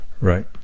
right